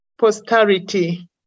posterity